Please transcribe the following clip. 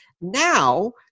Now